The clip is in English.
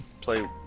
play